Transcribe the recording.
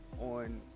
on